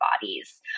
bodies